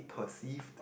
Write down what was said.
perceived